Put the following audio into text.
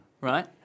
right